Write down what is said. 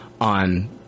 on